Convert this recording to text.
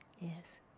Yes